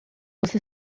você